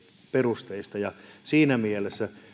perusteista ja siinä mielessä